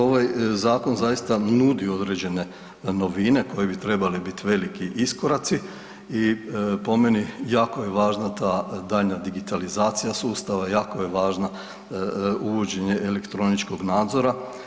Ovaj zakon zaista nudi određene novine koje bi trebale biti veliki iskoraci i po meni jako je važna ta daljnja digitalizacija sustava, jako je važno uvođenje elektroničkog nadzora.